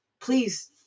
please